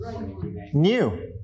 New